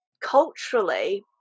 culturally